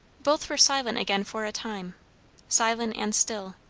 both were silent again for a time silent and still.